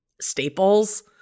staples